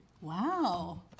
Wow